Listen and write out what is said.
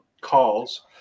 calls